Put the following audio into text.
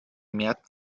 merten